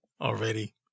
already